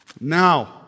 Now